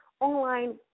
online